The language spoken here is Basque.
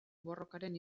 borrokaren